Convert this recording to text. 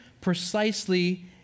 Precisely